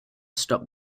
stop